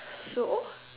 so